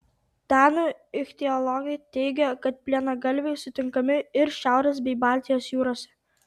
danų ichtiologai teigia kad plienagalviai sutinkami ir šiaurės bei baltijos jūrose